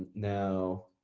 now,